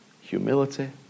humility